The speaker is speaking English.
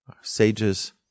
Sages